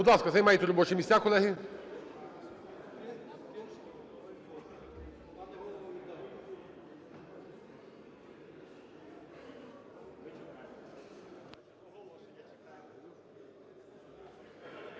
Будь ласка, займайте робочі місця, колеги.